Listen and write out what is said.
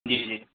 جی جی